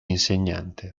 insegnante